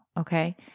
Okay